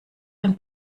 ein